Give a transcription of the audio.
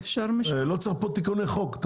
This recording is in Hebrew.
לא צריך פה תיקוני חוק,